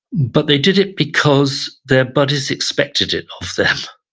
but they did it because their buddies expected it of them.